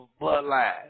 bloodline